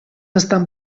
estan